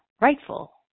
rightful